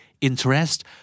interest